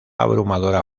abrumadora